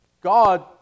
God